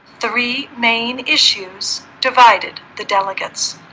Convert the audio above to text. three main issues divided the delegates